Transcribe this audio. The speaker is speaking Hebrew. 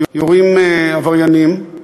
יורים עבריינים,